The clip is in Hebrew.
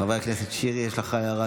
חברי הכנסת, להלן